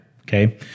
Okay